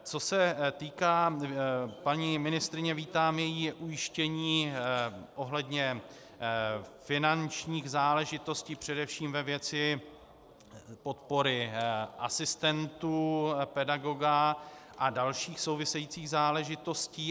Co se týká paní ministryně, vítám její ujištění ohledně finančních záležitostí především ve věci podpory asistentů pedagoga a dalších souvisejících záležitostí.